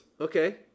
Okay